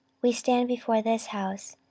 we stand before this house,